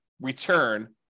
return